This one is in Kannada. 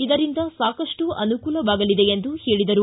ಇದರಿಂದ ಸಾಕಷ್ಟು ಅನುಕೂಲವಾಗಲಿದೆ ಎಂದು ಹೇಳಿದರು